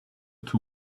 two